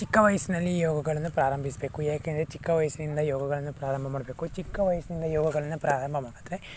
ಚಿಕ್ಕ ವಯಸ್ಸಿನಲ್ಲಿ ಯೋಗಗಳನ್ನು ಪ್ರಾರಂಭಿಸಬೇಕು ಏಕೆಂದರೆ ಚಿಕ್ಕ ವಯಸ್ಸಿನಿಂದ ಯೋಗಗಳನ್ನು ಪ್ರಾರಂಭ ಮಾಡಬೇಕು ಚಿಕ್ಕ ವಯಸ್ಸಿನಿಂದ ಯೋಗಗಳನ್ನು ಪ್ರಾರಂಭ ಮಾಡಿದರೆ